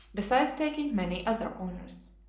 besides taking many other honors.